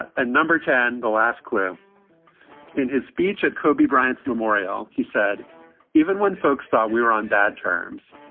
ah ah number ten, the last clue in his speech at kobe bryant's memorial, he said even when folks thought we were on bad terms,